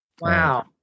Wow